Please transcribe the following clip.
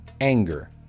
anger